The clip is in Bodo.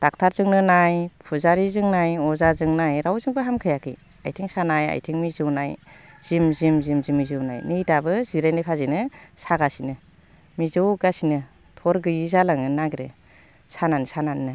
दक्ट'रजोंनो नाय फुजारिजों नाय अजाजों नाय रावजोंबो हामखायाखै आथिं सानाय आथिं मिजौनाय जिम जिम जिम मिजौनाय नै दाबो जिरायनाय भाजैनो सागासिनो मिजौगासिनो थर गैयि जालांनो नागिरो सानानै सानानैनो